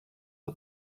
for